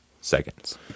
seconds